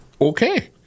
Okay